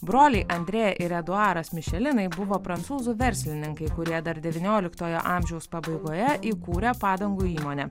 broliai andrė ir eduaras mišelinai buvo prancūzų verslininkai kurie dar devynioliktojo amžiaus pabaigoje įkūrė padangų įmonę